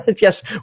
yes